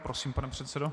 Prosím, pane předsedo.